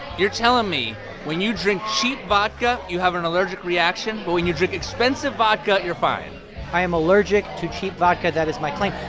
you're telling me when you drink cheap vodka, you have an allergic reaction. but when you drink expensive vodka, you're fine i am allergic to cheap vodka. that is my claim.